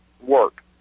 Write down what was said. work